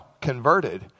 converted